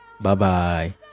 Bye-bye